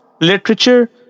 literature